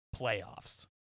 playoffs